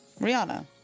rihanna